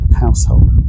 household